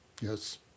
Yes